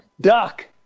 Duck